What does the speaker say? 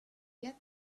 get